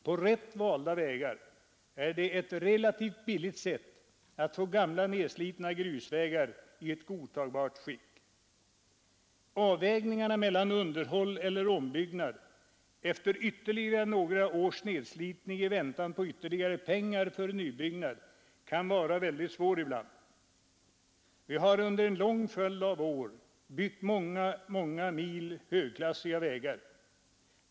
På rätt valda vägar är detta ett relativt billigt sätt att få gamla nedslitna grusvägar i godtagbart skick. Avvägningarna mellan underhåll och ombyggnad efter ytterligare några års nedslitning i väntan på ytterligare pengar för nybyggnad kan vara väldigt svåra ibland. Vi har under en lång följ av år byggt många mil högklassiga vägar.